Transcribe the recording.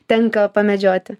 tenka pamedžioti